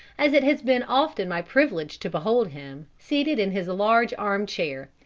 as it has been often my privilege to behold him, seated in his large arm-chair,